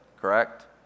Correct